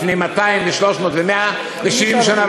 לפני 200 ו-300 ו-170 שנה,